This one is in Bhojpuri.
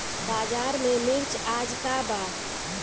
बाजार में मिर्च आज का बा?